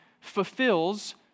fulfills